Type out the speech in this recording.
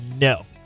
no